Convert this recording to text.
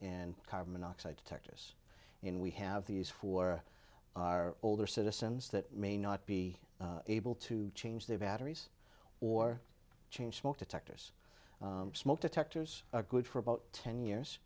and carbon monoxide detectors in we have these for our older citizens that may not be able to change their batteries or change smoke detectors smoke detectors are good for about ten years